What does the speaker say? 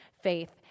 faith